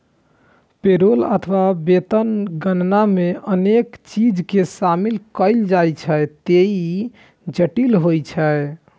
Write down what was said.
payroll अथवा वेतन के गणना मे अनेक चीज कें शामिल कैल जाइ छैं, ते ई जटिल होइ छै